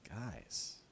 Guys